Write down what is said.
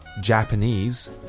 Japanese